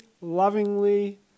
lovingly